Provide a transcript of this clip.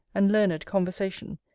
and learned conversation,